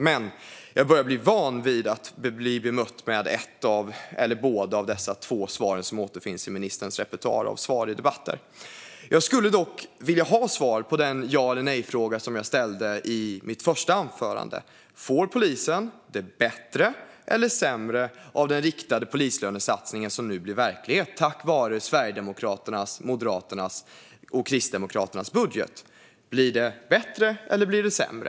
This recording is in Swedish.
Men jag börjar bli van vid att bli bemött med ett eller båda av dessa två svar som återfinns i ministerns repertoar av svar i debatter. Jag skulle dock vilja ha svar på den ja eller nejfråga som jag ställde i mitt första inlägg. Får polisen det bättre eller sämre med den riktade polislönesatsning som nu blir verklighet tack vare Sverigedemokraternas, Moderaternas och Kristdemokraternas budget? Blir det bättre, eller blir det sämre?